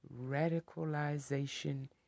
radicalization